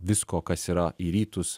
visko kas yra į rytus